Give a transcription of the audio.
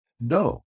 no